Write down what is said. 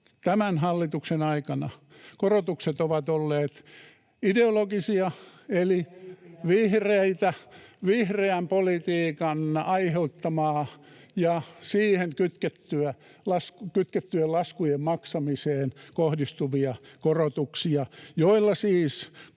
tämän hallituksen aikana korotukset ovat olleet ideologisia [Tuomas Kettunen: Ei pidä paikkaansa!] eli vihreän politiikan aiheuttamia ja siihen kytkettyjen laskujen maksamiseen kohdistuvia korotuksia, joilla siis